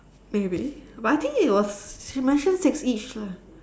maybe but I think it was he mentioned six each leh